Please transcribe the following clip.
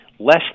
less